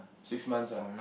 six months ah